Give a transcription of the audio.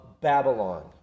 Babylon